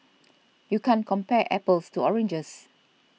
you can't compare apples to oranges